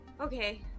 Okay